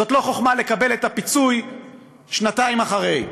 זו לא חוכמה לקבל את הפיצוי שנתיים אחרי.